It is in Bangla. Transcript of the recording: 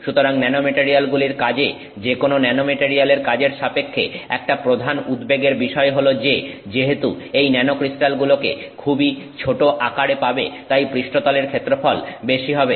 সুতরাং ন্যানোমেটারিয়ালগুলির কাজে যেকোনো ন্যানোমেটারিয়ালের কাজের সাপেক্ষে একটা প্রধান উদ্বেগের বিষয় হলো যে যেহেতু এই ন্যানোক্রিস্টালগুলোকে খুবই ছোট আকারে পাবে তাই পৃষ্ঠতলের ক্ষেত্রফল বেশি হবে